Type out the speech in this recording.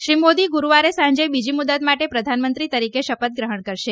શ્રી મોદી ગૂરૂવારે સાંજે બીજી મુદત માટે પ્રધાનમંત્રી તરીકે શપથ ગ્રહણ કરશે